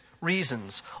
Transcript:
reasons